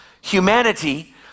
humanity